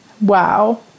Wow